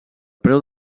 preu